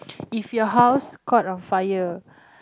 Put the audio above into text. if your house caught on fire